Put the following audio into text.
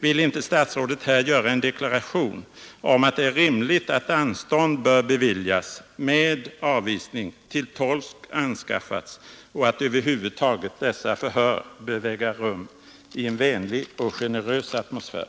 Vill inte statsrådet här göra en deklaration om att det är rimligt att anstånd med avvisning bör beviljas tills tolk anskaffats och att över huvud taget dessa förhör bör äga rum i vänlig och generös atmosfär?